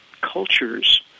cultures